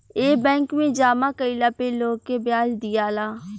ए bank मे जामा कइला पे लोग के ब्याज दियाला